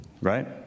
right